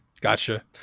Gotcha